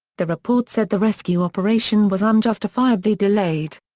the report said the rescue operation was unjustifiably delayed.